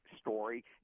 story